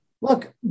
look